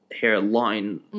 hairline